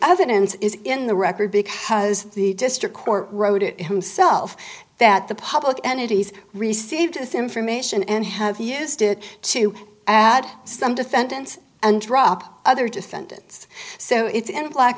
other hand is in the record because the district court wrote it himself that the public entities received this information and have used it to add some defendants and drop other defendants so it's any black